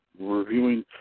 reviewing